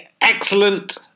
excellent